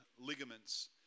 ligaments